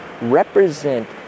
represent